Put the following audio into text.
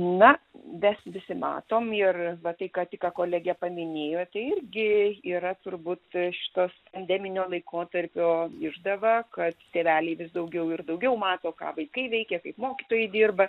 na mes visi matom ir va tai ką tik ką kolegė paminėjo tai irgi yra turbūt šitos pandeminio laikotarpio išdava kad tėveliai vis daugiau ir daugiau mato ką vaikai veikia kaip mokytojai dirba